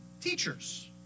teachers